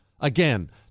Again